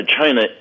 China